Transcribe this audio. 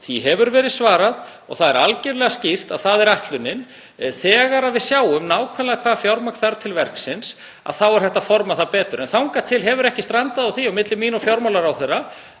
Því hefur verið svarað og algerlega skýrt að það er ætlunin. Þegar við sjáum nákvæmlega hvaða fjármagn þarf til verksins þá er hægt að forma það betur. Þangað til hefur ekki strandað á því á milli mín og fjármálaráðherra